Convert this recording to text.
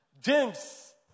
James